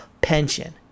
pension